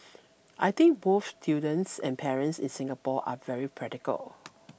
I think both students and parents in Singapore are very practical